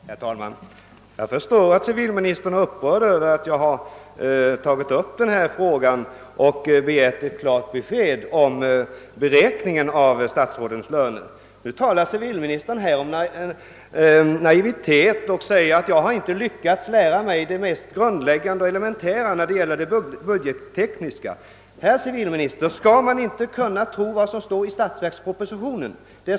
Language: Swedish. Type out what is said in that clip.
Herr talman! Jag förstår att civilministern är upprörd över att jag har tagit upp denna fråga och begärt ett klart besked om beräkningen av statsrådens löner. Nu talar civilministern om naivitet och säger att jag inte har lyckats lära mig det mest elementära när det gäller det budgettekniska. Herr civilminister! Skall man inte kunna tro vad som står i statsverkspropositionen?